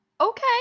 Okay